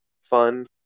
fun